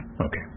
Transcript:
okay